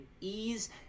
ease